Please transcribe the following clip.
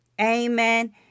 Amen